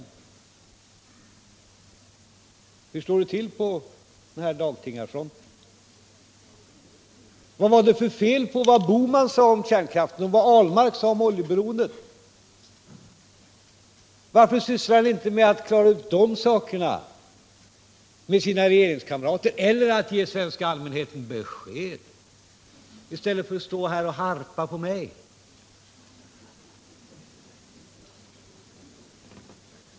Ja, hur står det till på dagtingarfronten? Vad var det för fel på vad herr Bohman sade om kärnkraft och vad herr Ahlmark sade om oljeberoende? Varför sysslar inte herr Fälldin med att klara ut det med sina regeringskamrater eller med att ge den svenska allmänheten besked i stället för att stå här och harpa på mig?